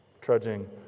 trudging